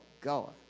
God